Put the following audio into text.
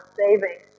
saving